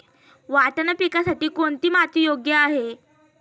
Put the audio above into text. वाटाणा पिकासाठी कोणती माती योग्य आहे?